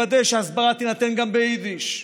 לוודא שההסברה תינתן גם ביידיש.